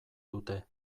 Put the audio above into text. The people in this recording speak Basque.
dute